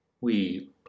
We